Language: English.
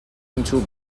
into